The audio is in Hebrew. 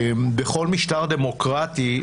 בכל משטר דמוקרטי,